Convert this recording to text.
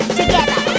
together